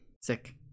Sick